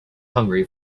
hungry